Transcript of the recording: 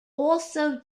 also